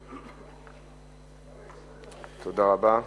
תודה רבה.